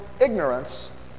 ignorance